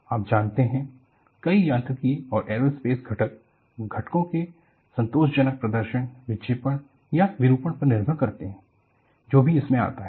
आप जानते हैं कई यांत्रिक और एयरोस्पेस घटक घटको के संतोषजनक प्रदर्शन विक्षेपण या विरूपण पर निर्भर करते है जो भी इसमें आता है